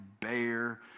bear